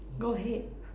go ahead